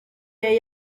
yari